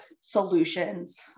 solutions